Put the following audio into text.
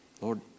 Lord